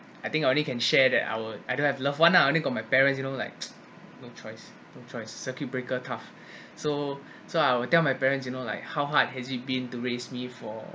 I think I only can share that I'd I don't have loved one lah only got my parents you know like no choice no choice circuit breaker tough so so I'll tell my parents you know like how hard has it been to raise me for